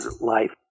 life